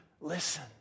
listen